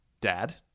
dad